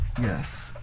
Yes